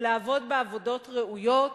ולעבוד בעבודות ראויות,